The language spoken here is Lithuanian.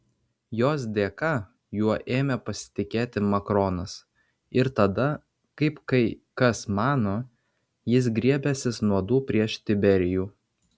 jos dėka juo ėmė pasitikėti makronas ir tada kaip kai kas mano jis griebęsis nuodų prieš tiberijų